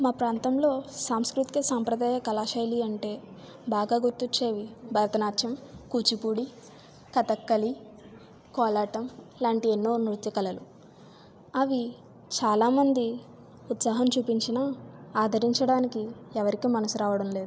మా ప్రాంతంలో సంస్కృతిక సాంప్రదాయ కళాశైలి అంటే బాగా గుర్తు వచ్చేవి భరతనాట్యం కూచిపూడి కథకళి కోలాటం లాంటి ఎన్నో నృత్య కళలు అవి చాలామంది ఉత్సాహం చూపించిన ఆదరించడానికి ఎవరికి మనసు రావడం లేదు